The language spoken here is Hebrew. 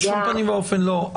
בשום פנים ואופן לא.